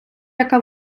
яка